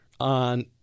on